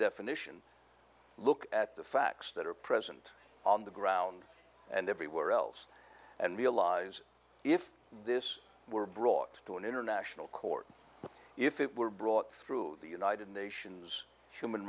definition look at the facts that are present on the ground and everywhere else and realize if this were brought to an international court if it were brought through the united nations human